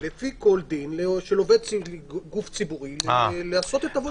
לפי כל דין של עובד גוף ציבורי לעשות את עבודתו.